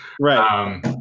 right